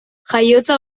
jaiotza